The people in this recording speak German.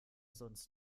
sonst